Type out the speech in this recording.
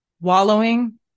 wallowing